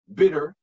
bitter